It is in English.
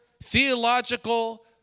theological